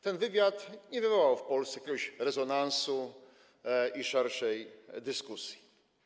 Ten wywiad nie wywołał w Polsce jakiegoś rezonansu i szerszej dyskusji.